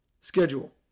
schedule